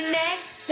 next